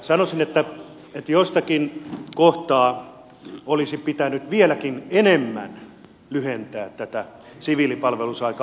sanoisin että jostakin kohtaa olisi pitänyt vieläkin enemmän lyhentää siviilipalvelusaikaa huomattavasti